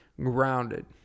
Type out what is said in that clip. Grounded